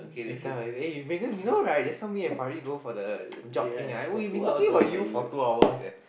you tell her eh Megan you know right just now me and Pary go for the job thing right we were talking about you for two hours leh